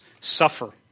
suffer